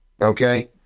Okay